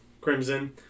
Crimson